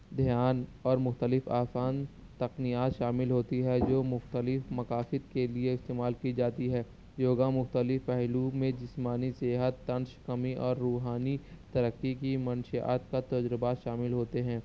دھیان اور مختلف آسان تقنیات شامل ہوتی ہے جو مختلف مقاصد کے لیے استعمال کی جاتی ہے یوگا مختلف پہلو میں جسمانی صحت تنش کمی اور روحانی ترقی کی منشیات کا تجربات شامل ہوتے ہیں